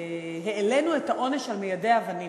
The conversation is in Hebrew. העלינו את העונש על מיידי האבנים.